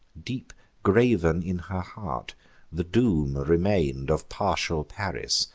deep graven in her heart the doom remain'd of partial paris,